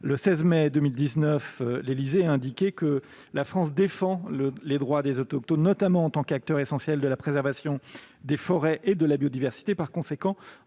le 16 mai 2019, l'Élysée a indiqué que la France défend les droits des autochtones, notamment en tant qu'acteurs essentiels de la préservation des forêts et de la biodiversité et, par conséquent,